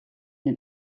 den